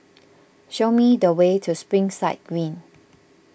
show me the way to Springside Green